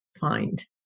find